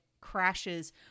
crashes